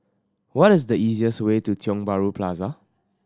what is the easiest way to Tiong Bahru Plaza